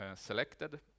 selected